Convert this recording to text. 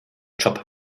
job